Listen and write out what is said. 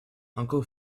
uncle